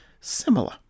similar